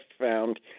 found